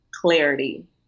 clarity